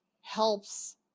helps